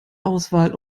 auswahl